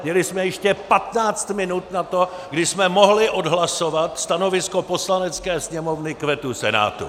Měli jsme ještě patnáct minut na to, kdy jsme mohli odhlasovat stanovisko Poslanecké sněmovny k vetu Senátu.